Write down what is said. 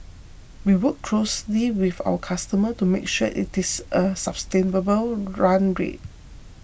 we work closely with our customer to make sure it is a sustainable run rate